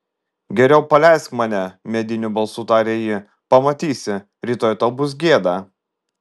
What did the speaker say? geriau paleisk mane mediniu balsu tarė ji pamatysi rytoj tau bus gėda